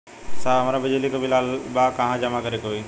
साहब हमार बिजली क बिल ऑयल बा कहाँ जमा करेके होइ?